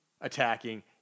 attacking